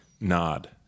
nod